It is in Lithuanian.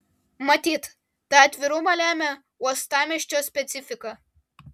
matyt tą atvirumą lemia uostamiesčio specifika